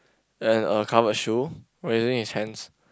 and a covered shoe waving his hands